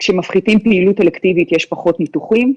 כשמפחיתים פעילות אלקטיבית, יש פחות ניתוחים.